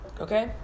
Okay